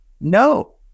no